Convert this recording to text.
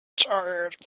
tired